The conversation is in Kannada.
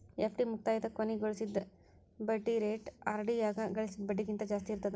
ಎಫ್.ಡಿ ಮುಕ್ತಾಯದ ಕೊನಿಗ್ ಗಳಿಸಿದ್ ಬಡ್ಡಿ ರೇಟ ಆರ್.ಡಿ ಯಾಗ ಗಳಿಸಿದ್ ಬಡ್ಡಿಗಿಂತ ಜಾಸ್ತಿ ಇರ್ತದಾ